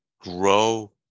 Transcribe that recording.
grow